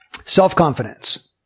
Self-confidence